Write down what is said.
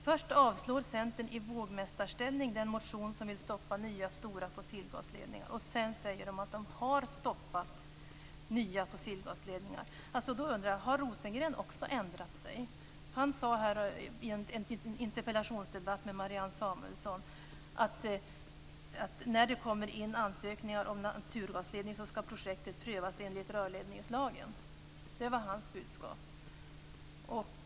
Först avstyrker Centern i vågmästarställning den motion som vill stoppa nya stora fossilgasledningar, och sedan säger de att de har stoppat nya fossilgasledningar. Då undrar jag: Har Rosengren också ändrat sig? Samuelsson att när det kommer in ansökningar om en naturgasledning skall projektet prövas enligt rörledningslagen. Det var hans budskap.